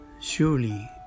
Surely